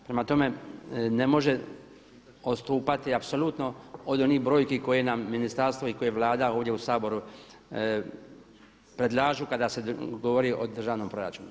Prema tome, ne može odstupati apsolutno od onih brojke koje nam ministarstvo i koje Vlada ovdje u Saboru predlažu kada se govori o državnom proračunu.